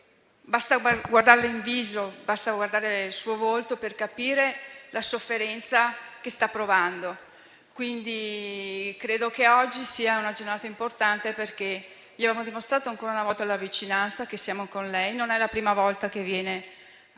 Basta guardarla in viso, basta guardare il suo volto per capire la sofferenza che sta provando. Credo che oggi sia una giornata importante perché abbiamo dimostrato ancora una volta la vicinanza: siamo con lei. Non è la prima volta che viene attaccata